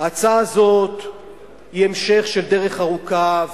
ההצעה הזאת היא המשך של דרך ארוכה,